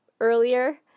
earlier